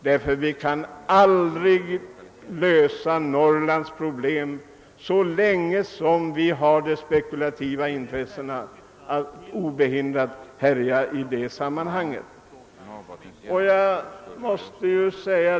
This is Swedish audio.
Vi kan nämligen aldrig lösa Norrlandsproblemen så länge vi låter spekulationsintressen härja obehindrat där.